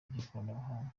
by’ikoranabuhanga